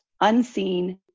unseen